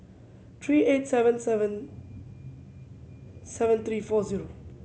three eight seven seven seven three four zero